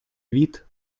вид